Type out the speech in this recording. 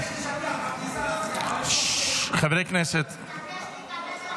ואתה --- יש לי שטיח בכניסה